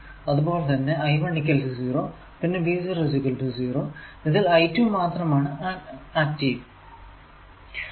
അതുപോലെ തന്നെ I1 0 പിന്നെ V0 0 ഇതിൽ I2 മാത്രം ആക്റ്റീവ് ആണ്